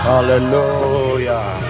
Hallelujah